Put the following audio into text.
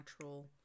natural